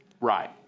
Right